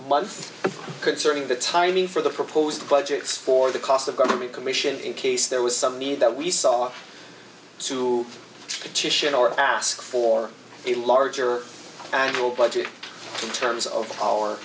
month concerning the timing for the proposed budgets for the cost of government commission in case there was some need that we saw to petition or ask for a larger annual budget in terms of